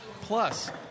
plus